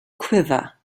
quiver